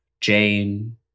Jane